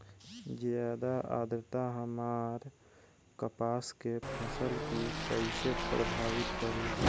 ज्यादा आद्रता हमार कपास के फसल कि कइसे प्रभावित करी?